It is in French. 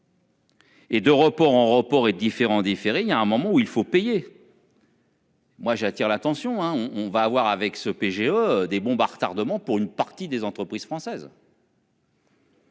Et de report en report est différent différé. Il y a un moment où il faut payer.-- Moi j'attire l'attention hein, on, on va avoir avec ce PGE des bombes à retardement pour une partie des entreprises françaises.